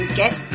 get